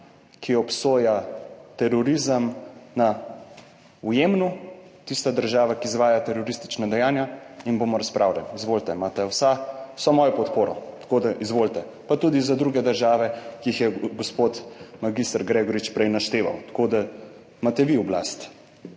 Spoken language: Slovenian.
ki obsoja terorizem v Jemnu, tista država, ki izvaja teroristična dejanja in bomo razpravljali. Izvolite, imate vso mojo podporo. Tako da, izvolite. Pa tudi za druge države, ki jih je gospod mag. Gregorič prej našteval. Tako da, imate vi oblast.